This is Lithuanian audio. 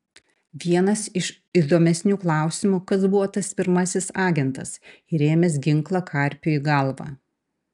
vienas iš įdomesnių klausimų kas buvo tas pirmasis agentas įrėmęs ginklą karpiui į galvą